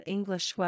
English